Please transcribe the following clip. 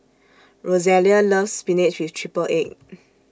Rosalia loves Spinach with Triple Egg